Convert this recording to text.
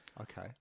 Okay